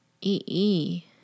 EE